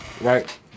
Right